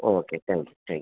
okay thank you thank you